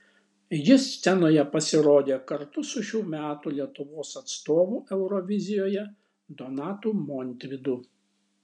ji scenoje pasirodė kartu su šių metų lietuvos atstovu eurovizijoje donatu montvydu